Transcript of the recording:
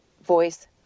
Voice